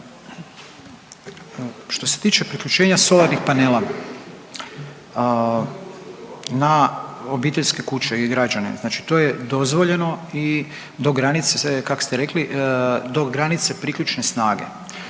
Što se tiče priključenja solarnih panela, na obiteljske kuće i građane, znači to je dozvoljeno i do granice, kak ste rekli, do granice priključne snage.